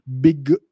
big